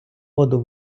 воду